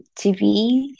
TV